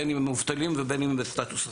בין אם הם מובטלים ובין אם בסטטוס אחר.